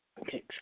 Okay